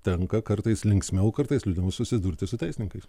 tenka kartais linksmiau kartais liūdniau susidurti su teisininkais